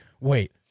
wait